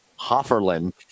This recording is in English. Hofferlin